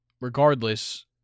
regardless